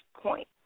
point